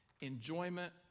Enjoyment